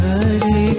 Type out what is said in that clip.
Hari